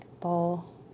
bowl